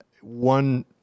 one